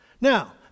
Now